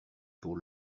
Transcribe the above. pour